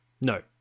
No